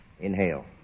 Inhale